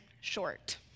short